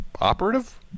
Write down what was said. operative